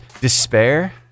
despair